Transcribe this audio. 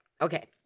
Okay